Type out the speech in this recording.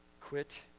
Quit